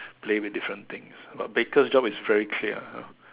play with different things but baker's job is very clear you know